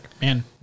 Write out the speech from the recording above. man